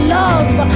love